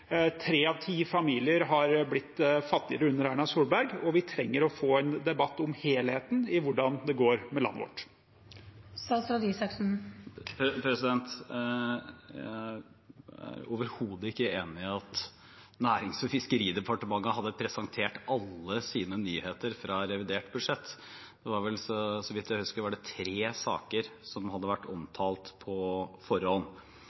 Tre av ti familier har blitt fattigere under Erna Solberg, og vi trenger å få en debatt om helheten i hvordan det går med landet vårt. Jeg er overhodet ikke enig i at Nærings- og fiskeridepartementet hadde presentert alle sine nyheter fra revidert budsjett. Så vidt jeg husker, var det tre saker som hadde vært omtalt på forhånd.